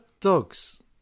Dogs